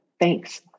thanks